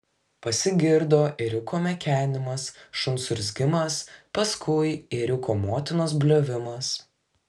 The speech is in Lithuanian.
pasigirdo ėriuko mekenimas šuns urzgimas paskui ėriuko motinos bliovimas